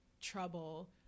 trouble